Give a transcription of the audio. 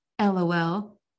Lol